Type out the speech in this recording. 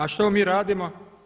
A što mi radimo?